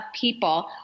people